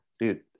dude